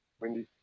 Windy